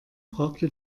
fragte